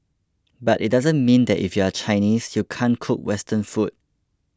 but it doesn't mean that if you are Chinese you can't cook Western food